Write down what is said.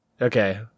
Okay